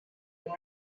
and